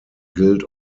guild